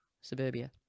suburbia